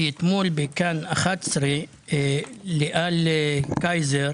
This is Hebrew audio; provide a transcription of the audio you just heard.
כי אתמול בכאן 11 ליאל קייזר